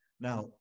Now